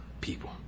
people